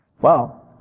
Wow